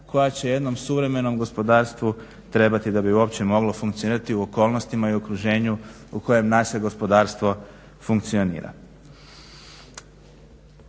koja će jednom suvremenom gospodarstvu trebati da bi uopće moglo funkcionirati u okolnostima i u okruženju u kojem naše gospodarstvo funkcionira.